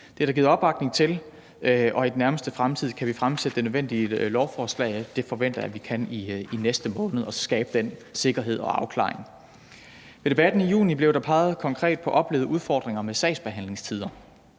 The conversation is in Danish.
Det er der givet opbakning til, og i den nærmeste fremtid kan vi fremsætte det nødvendige lovforslag – det forventer jeg vi kan næste måned – og så kan vi skabe den sikkerhed og afklaring. Ved debatten i juni blev der konkret peget på oplevede udfordringer med sagsbehandlingstider.